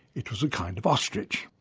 it was a kind of ostrich.